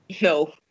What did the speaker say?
No